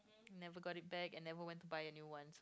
never got it back and never want to buy a new one